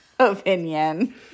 opinion